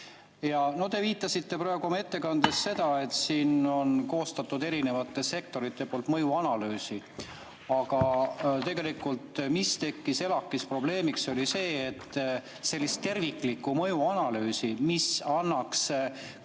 läks. Te viitasite oma ettekandes sellele, et siin on koostatud erinevate sektorite poolt mõjuanalüüs, aga tegelikult ELAK‑is tõusis probleemiks see, et sellist terviklikku mõjuanalüüsi, mis annaks